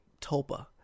tulpa